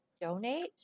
donate